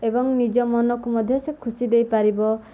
ଏବଂ ନିଜ ମନକୁ ମଧ୍ୟ ସେ ଖୁସି ଦେଇପାରିବ